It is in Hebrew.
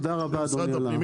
תודה רבה, אדוני, על ההערה.